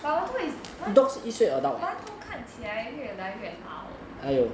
but 馒头 it's 馒馒头看起来越来越老